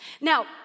Now